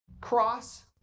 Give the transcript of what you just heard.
cross